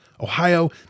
Ohio